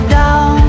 down